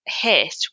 Hit